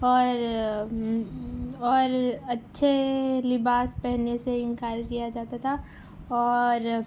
اور اور اچّھے لباس پہننے سے انکار کیا جاتا تھا اور